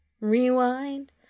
rewind